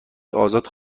ازاد